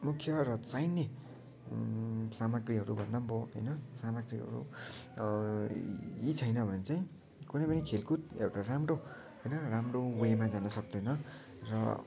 मुख्य र चाहिने सामग्रीहरू भन्दा पनि भयो होइन सामग्री हो यी छैन भने चाहिँ कुनै पनि खेलकुद एउटा राम्रो होइन राम्रो वेमा जान सक्दैन र